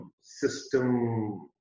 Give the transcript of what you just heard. system